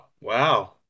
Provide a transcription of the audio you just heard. Wow